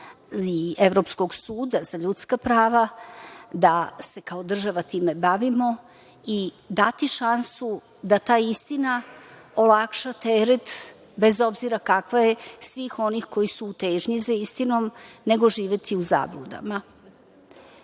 i Evropskog suda za ljudska prava, da se kao država time bavimo i dati šansu da ta istina olakša teret, bez obzira kakva je svih onih koji su u težnji za istinom, nego živeti u zabludama. Ovoj